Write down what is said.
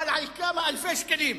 אבל על כמה אלפי שקלים.